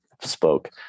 spoke